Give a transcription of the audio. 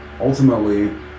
ultimately